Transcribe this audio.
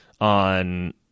on